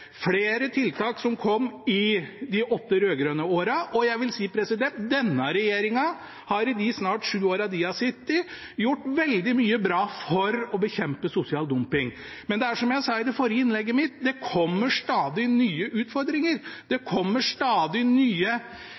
kom flere tiltak i de åtte rød-grønne årene, og jeg vil si at denne regjeringen i de snart sju årene den har sittet, har gjort veldig mye bra for å bekjempe sosial dumping. Men som jeg sa i det forrige innlegget mitt: Det kommer stadig nye utfordringer. Det kommer stadig nye